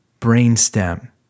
brainstem